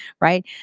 right